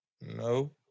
No